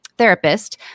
therapist